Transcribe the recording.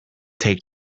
take